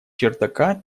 чердака